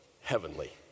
heavenly